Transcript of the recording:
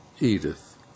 Edith